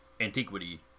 antiquity